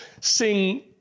sing